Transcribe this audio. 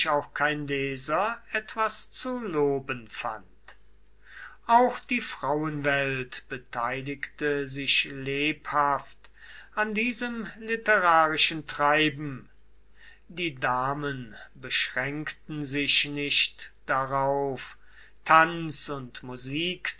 auch kein leser etwas zu loben fand auch die frauenwelt beteiligte sich lebhaft an diesem literarischen treiben die damen beschränkten sich nicht darauf tanz und musik